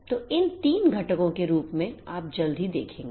तो इन 3 घटकों के रूप में आप जल्द ही देखेंगे